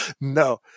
no